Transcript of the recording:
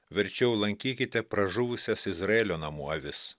verčiau lankykite pražuvusias izraelio namų avis